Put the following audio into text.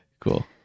Cool